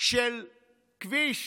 של כביש